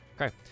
Okay